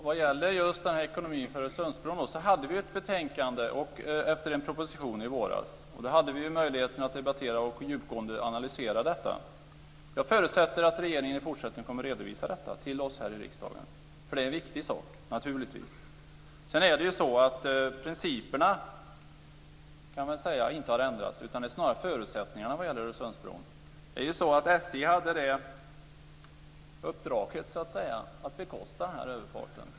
Fru talman! Vad gäller ekonomin för Öresundsbron hade vi ett betänkande efter en proposition i våras. Då hade vi möjlighet att debattera och djupgående analysera detta. Jag förutsätter att regeringen i fortsättningen kommer att redovisa detta till oss här i riksdagen. Det är naturligtvis en viktig sak. Sedan är det ju så att principerna inte har ändrats, utan snarare förutsättningarna, vad gäller Öresundsbron. SJ hade uppdraget att bekosta överfarten.